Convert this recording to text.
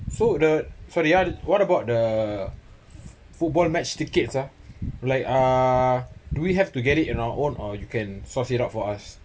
so the sorry uh what about the football match tickets uh like uh do we have to get it in our own or you can source it out for us